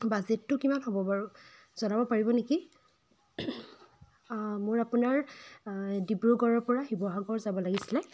বাজেটতো কিমান হ'ব বাৰু জনাব পাৰিব নেকি মোৰ আপোনাৰ ডিব্ৰুগড়ৰপৰা শিৱসাগৰ যাব লাগিছিলে